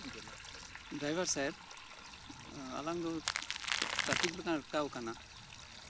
driver ᱥᱟᱦᱮᱵᱽ ᱟᱞᱟᱝ ᱫᱚ ᱴᱨᱟᱯᱷᱤᱠ ᱨᱮᱞᱟᱝ ᱟᱴᱠᱟᱣ ᱟᱠᱟᱱᱟ